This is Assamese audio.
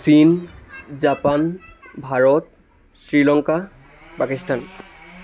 চীন জাপান ভাৰত শ্ৰীলংকা পাকিস্তান